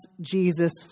Jesus